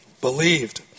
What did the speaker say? believed